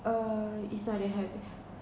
uh it's not that high